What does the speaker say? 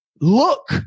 look